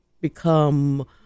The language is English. become